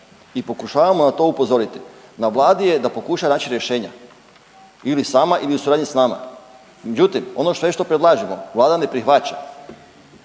i pokušavamo na to upozoriti, na vladi je da pokuša naći rješenja ili sama ili u suradnji s nama. Međutim ono sve što predlažemo vlada ne prihvaća,